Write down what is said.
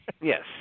yes